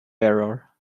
error